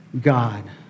God